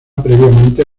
previamente